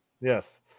Yes